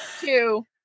two